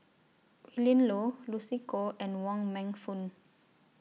Willin Low Lucy Koh and Wong Meng Voon